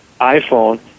iPhone